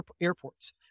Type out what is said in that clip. airports